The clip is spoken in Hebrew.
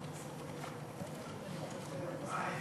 סעיפים